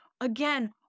again